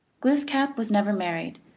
glooskap was never married,